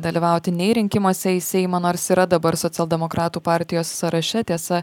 dalyvauti nei rinkimuose į seimą nors yra dabar socialdemokratų partijos sąraše tiesa